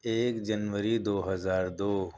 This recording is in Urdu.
ایک جنوری دو ہزار دو